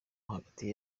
hagati